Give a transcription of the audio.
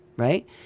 Right